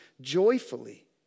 joyfully